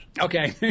Okay